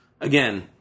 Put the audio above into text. again